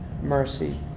mercy